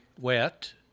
Wet